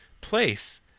Place